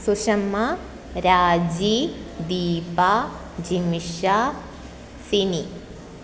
सुषमा राजी दीपा जिमिषा सिनि